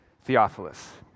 Theophilus